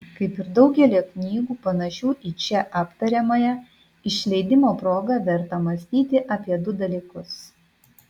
kaip ir daugelio knygų panašių į čia aptariamąją išleidimo proga verta mąstyti apie du dalykus